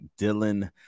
Dylan